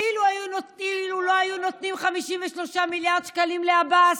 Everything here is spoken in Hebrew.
אילו לא היו נותנים 53 מיליארד שקלים לעבאס,